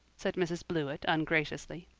said mrs. blewett ungraciously.